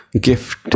Gift